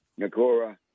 Nakora